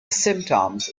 symptoms